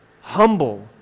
humble